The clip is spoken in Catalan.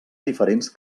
diferents